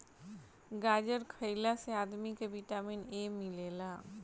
गाजर खइला से आदमी के विटामिन ए मिलेला